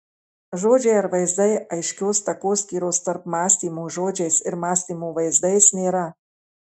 žodžiai ar vaizdai aiškios takoskyros tarp mąstymo žodžiais ir mąstymo vaizdais nėra